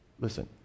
Listen